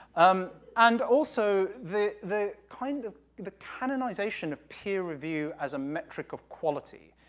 um, and, also, the the kind of, the canonization of peer review as a metric of quality,